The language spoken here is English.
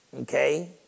okay